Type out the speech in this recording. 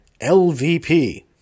LVP